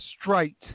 straight